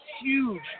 huge